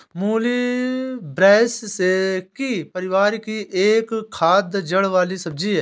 मूली ब्रैसिसेकी परिवार की एक खाद्य जड़ वाली सब्जी है